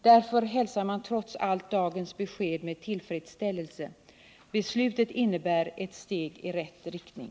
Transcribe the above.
Därför hälsar man trots allt dagens besked med tillfredsställelse. Beslutet innebär ett steg i rätt riktning.